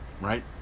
right